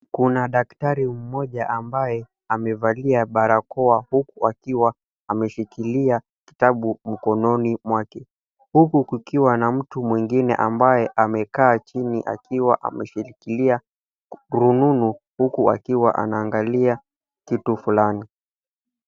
Kuna daktari mmoja ambaye amevalia barakoa huku akiwa ameshikilia kitabu mkononi mwake, huku kukiwa na mtu mwingine ambaye amekaa chini akiwa ameshikilia rununu huku akiwa anaangalia kitu fulani.